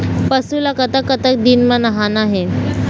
पशु ला कतक कतक दिन म नहाना हे?